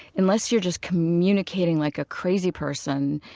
unless you're just communicating like a crazy person,